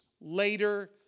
later